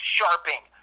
Sharping